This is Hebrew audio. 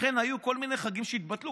לכן היו כל מיני חגים שהתבטלו.